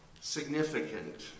significant